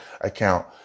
account